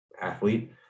athlete